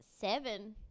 seven